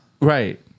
Right